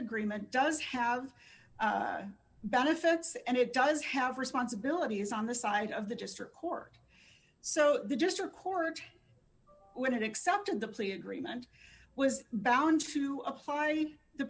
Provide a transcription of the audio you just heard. agreement does have benefits and it does have responsibilities on the side of the district court so the district court when it accepted the plea agreement was bound to apply the